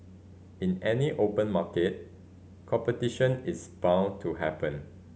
in any open market competition is bound to happen